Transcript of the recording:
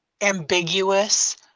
ambiguous